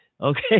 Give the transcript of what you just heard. Okay